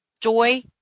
joy